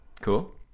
Cool